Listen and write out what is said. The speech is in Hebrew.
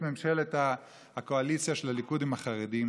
ממשלת הקואליציה של הליכוד עם החרדים